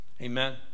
Amen